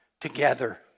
together